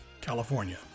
California